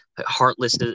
heartless